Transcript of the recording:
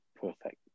Perfect